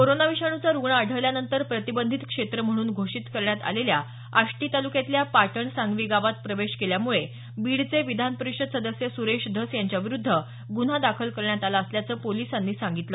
corona विषाणूचा रूग्ण आढळल्यानंतर प्रतिबंधित क्षेत्र म्हणून घोषित करण्यात आलेल्या आष्टी तालुक्यातल्या पाटण सांगवी गावात प्रवेश केल्यामुळे बीडचे विधान परीषद सदस्य सुरेश धस यांच्याविरूद्ध गुन्हा दाखल करण्यात आला असल्याच पोलिसांनी सांगितलं